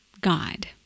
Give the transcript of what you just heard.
God